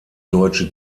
deutsche